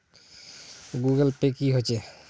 Google Pay की होचे?